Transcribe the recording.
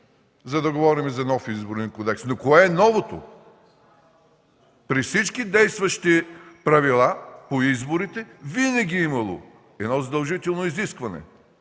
за да говорим за нов Изборен кодекс. Но кое е новото? При всички действащи правила по изборите винаги е имало едно задължително изискване